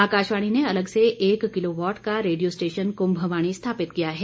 आकाशवाणी ने अलग से एक किलो वॉट का रेडियो स्टेशन क्ंभवाणी स्थापित किया है